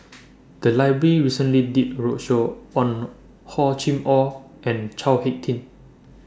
The Library recently did A roadshow on Hor Chim Or and Chao Hick Tin